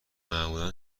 معمولا